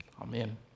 Amen